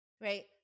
right